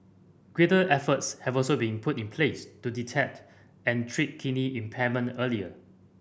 greater efforts have also been put in place to detect and treat kidney impairment earlier